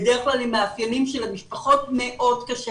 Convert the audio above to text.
בדרך כלל עם המאפיינים שלמשפחות מאוד קשה